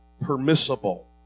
permissible